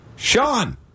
Sean